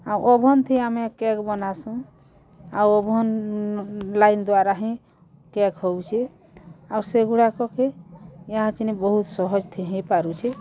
ଆଉ ଓଭନ୍ ଥି ଆମେ କେକ୍ ବନାସୁଁ ଆଉ ଓଭନ୍ ଲାଇନ୍ ଦ୍ଵାରା ହିଁ କେକ୍ ହଉଛି ଆଉ ସେ ଗୁଡ଼ାକ କେ ଈହା ଚିନି ବହୁତ ସହଜ ଥେ ହେଇପାରୁଛି